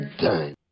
time